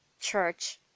church